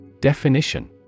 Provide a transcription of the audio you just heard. Definition